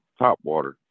topwater